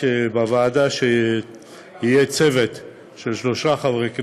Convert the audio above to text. בוועדה שיהיה צוות של שלושה חברי כנסת,